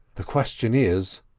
the question is,